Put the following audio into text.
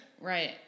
right